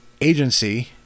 agency